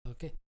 Okay